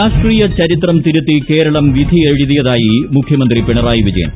രാഷ്ട്രീയ ചരിത്രം തിരുത്തി കേര്ള്ം വിധിയെഴുതിയതായി മുഖ്യമീന്തി ് പിണറായി വിജയൻ